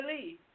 believe